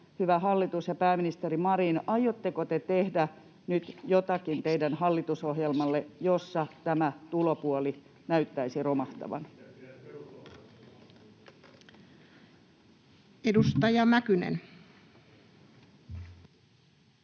hyvä hallitus ja pääministeri Marin: aiotteko te tehdä nyt jotakin teidän hallitusohjelmallenne, jossa tämä tulopuoli näyttäisi romahtavan? [Paavo